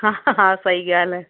हा सही ॻाल्हि आहे